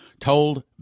told